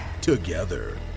Together